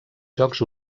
jocs